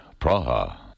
Praha